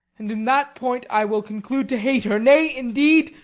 and in that point i will conclude to hate her, nay, indeed,